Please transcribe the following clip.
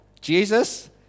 Jesus